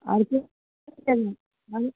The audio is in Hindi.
आइए